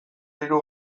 hiru